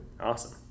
Awesome